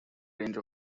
range